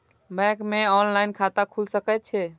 Bank में online खाता खुल सके छे?